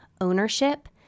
ownership